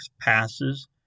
passes